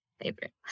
favorite